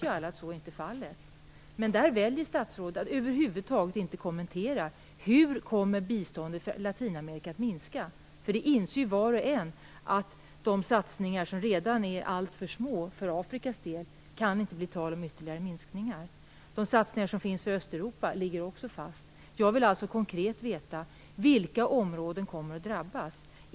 Men alla vet ju att så inte är fallet. Statsrådet väljer att över huvud taget inte kommentera på vilket sätt biståndet till Latinamerika kommer att minska. Var och en inser ju att det inte kan bli tal om ytterligare minskningar när det gäller satsningar för Afrikas del, som redan är för små. De satsningar som görs på Östeuropa ligger också fast. Jag vill alltså konkret veta vilka områden som kommer att drabbas.